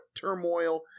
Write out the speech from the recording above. turmoil